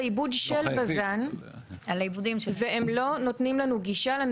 הלפידים עצמם הם בגובה של מעל 90